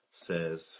says